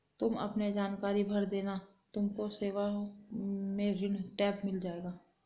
तुम अपने जानकारी भर देना तुमको सेवाओं में ऋण टैब मिल जाएगा